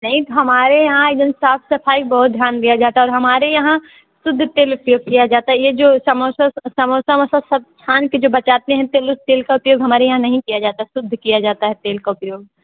नहीं तो हमारे यहाँ एकदम साफ़ सफ़ाई बहुत ध्यान दिया जाता है और हमारे यहाँ शुद्ध तेल उपयोग किया जाता है ये जो समोसा समोसाृउमोसा सब छान के जो बचाते हैं तेल उस तेल का उपयोग हमारे यहाँ नहीं किया जाता है शुद्ध किया जाता है तेल का उपयोग